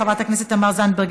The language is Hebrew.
חברת הכנסת תמר זנדברג,